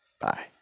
Bye